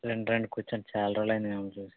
రండ్ రండి కూర్చోండి చాలా రోజులైంది మిమల్ని చూసి